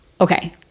okay